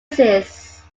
uses